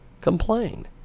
complain